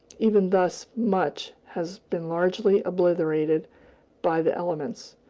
even thus much has been largely obliterated by the elements.